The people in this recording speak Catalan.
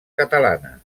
catalanes